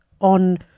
on